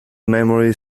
memorial